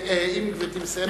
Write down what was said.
אם גברתי מסיימת,